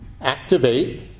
activate